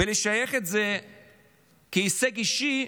ולשייך את זה כהישג אישי,